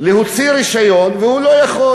להוציא רישיון והוא לא יכול,